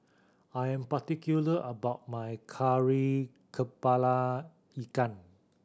I am particular about my Kari Kepala Ikan